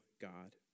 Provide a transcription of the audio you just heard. God